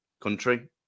country